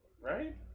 Right